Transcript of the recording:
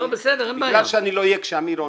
אני לא אהיה כאן כשאמיר עונה,